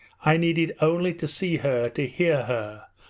i needed only to see her, to hear her,